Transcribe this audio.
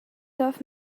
taught